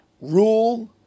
rule